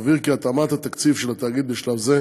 נבהיר כי התאמת התקציב של התאגיד בשלב זה